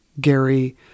Gary